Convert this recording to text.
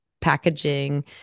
packaging